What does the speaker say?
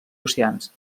oceans